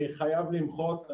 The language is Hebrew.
אני חייב למחות.